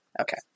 Okay